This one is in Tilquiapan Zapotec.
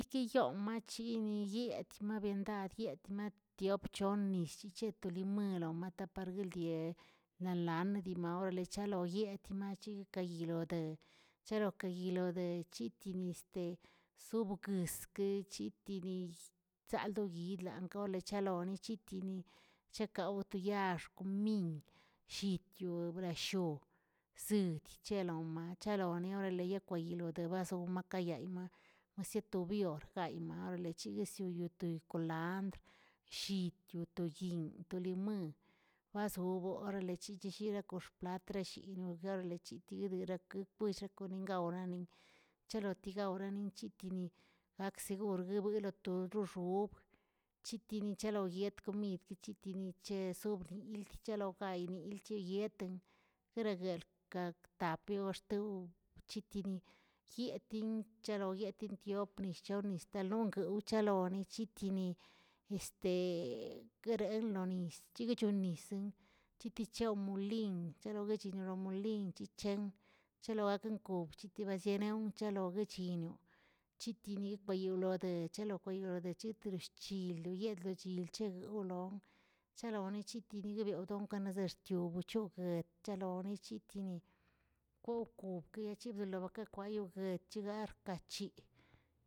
Yiyoom machiniyeet mabiendadyetꞌ maꞌtiop chon yiz chicheto limalown mataparguildie lalan dimarl orale chaloyet naꞌ chigꞌ kayilode, cherokiyilode chitini este subogozkə chitini chzaldoꞌyid langole chalone chitini, chekawoꞌ to yaax komin, llityo brasho zid chalomna chalonni orale yakwayi lodemas lomakayayma wseatobyor gay oarale chiguisioyoto kolandr, llit wa to yinꞌ to liməan, bazobro orale chichishirakox̱ platrxshinoꞌ orale chitirirakwꞌ kwellgakonengawꞌnanin chalotigawꞌranin yitini gaksegur guerbuelotob xoxob chitinichalot yed komid chetini che sobr yild chelogay nid yoyeten, gereguelə gal tapyorxtowoꞌ wc̱hitini yetin chaloyetin tiop nischao nistalongꞌ guchalone chitini este guerenlonis chiguichonlonis chipi chao molin cheloguer molinche che- chelogakan kob chitibazienaw chaloguechinioꞌ, chitinikwayoglode chinikwayoglode chetirshchi loyedochi chegogolon, chalone chitini guebeoꞌ donkanaꞌ zeꞌxtiogorchogə chalone chitini kokokie chiberlikwakikkoyee kwetchigarchi.